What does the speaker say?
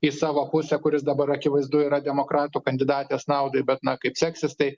į savo pusę kuris dabar akivaizdu yra demokratų kandidatės naudai bet na kaip seksis tai